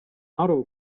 aru